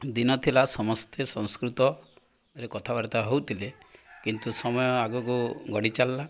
ଦିନ ଥିଲା ସମସ୍ତେ ସଂସ୍କୃତରେ କଥାବାର୍ତ୍ତା ହେଉଥିଲେ କିନ୍ତୁ ସମୟ ଆଗକୁ ଗଡ଼ି ଚାଲିଲା